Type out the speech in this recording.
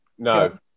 No